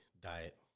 diet